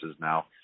now